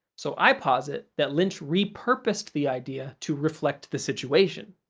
so i posit that lynch repurposed the idea to reflect the situation.